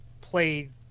played